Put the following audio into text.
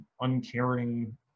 uncaring